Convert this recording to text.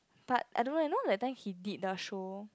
but I don't know eh you know that time he did the show